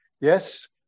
Yes